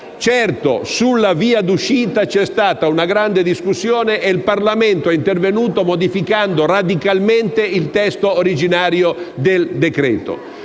Certamente sulla via d'uscita c'è stata una grande discussione e il Parlamento è intervenuto modificando radicalmente il testo originario del decreto,